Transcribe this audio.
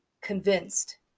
convinced